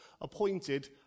appointed